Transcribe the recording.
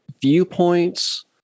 viewpoints